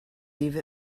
eve